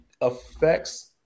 affects